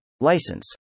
license